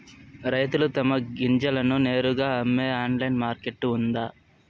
రైతులు తమ గింజలను నేరుగా అమ్మే ఆన్లైన్ మార్కెట్ ఉందా?